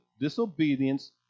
Disobedience